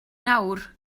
nawr